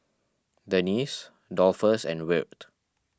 Denese Dolphus and Wirt